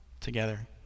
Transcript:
together